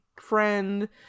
friend